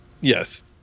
Yes